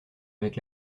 avec